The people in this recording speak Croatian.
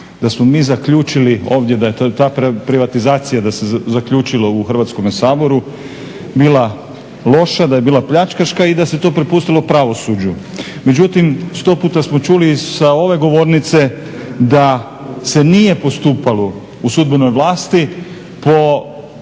da smo mi zaključili ovdje da je ta privatizacija, da se zaključilo u Hrvatskome saboru bila loša, da je bila pljačkaška i da se to prepustilo pravosuđu. Međutim, sto puta samo čuli sa ove govornice da se nije postupalo u sudbenoj vlasti po